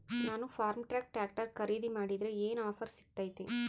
ನಾನು Farmtrac tractor ಖರೇದಿ ಮಾಡಿದ್ರೆ ಏನು ಆಫರ್ ಸಿಗ್ತೈತಿ?